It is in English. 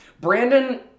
Brandon